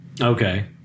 Okay